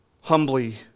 humbly